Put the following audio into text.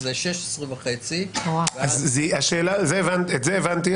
אז זה 16.5%. את זה הבנתי.